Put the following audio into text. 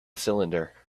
cylinder